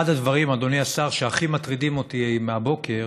אחד הדברים, אדוני השר, שהכי מטרידים אותי מהבוקר